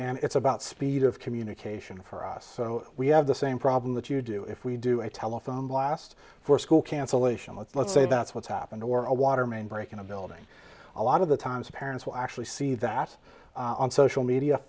and it's about speed of communication for us we have the same problem that you do if we do a telephone blast for school cancellation let's say that's what's happened or a water main break in a building a lot of the times parents will actually see that on social media